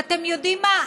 ואתם יודעים מה?